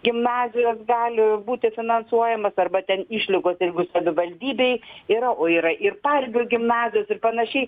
gimnazijos gali būti finansuojamas arba ten išlygos jeigu savivaldybėj yra o yra ir paribio gimnazijos ir panašiai